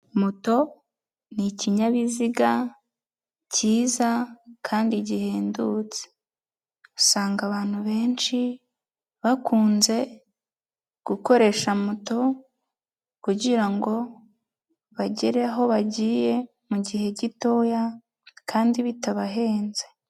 Moto ni ikinyabiziga cyiza kandi gihendutse, usanga abantu benshi, bakunze gukoresha moto kugira ngo bagere aho bagiye, mu gihe gitoya kandi bitabahenze.